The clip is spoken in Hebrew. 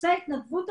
נושא ההתנדבות,